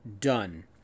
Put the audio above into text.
Done